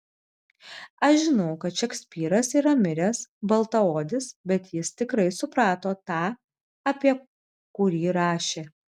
aš žinau kad šekspyras yra miręs baltaodis bet jis tikrai suprato tą apie kurį rašė